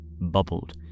bubbled